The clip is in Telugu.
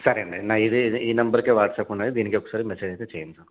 సరే అండి నాది ఇదే ఇదే ఈ నెంబర్కే వాట్సాప్ ఉన్నది దీనికే ఒకసారి మెసేజ్ అయితే చెయ్యండి